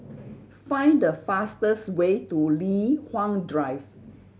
find the fastest way to Li Hwan Drive